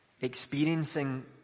Experiencing